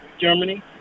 Germany